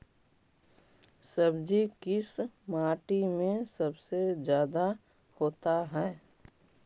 सब्जी किस माटी में सबसे ज्यादा होता है?